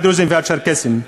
הדרוזיים והצ'רקסיים,